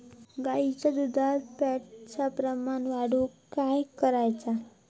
गाईच्या दुधात फॅटचा प्रमाण वाढवुक काय करायचा?